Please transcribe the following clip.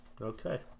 Okay